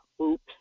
oops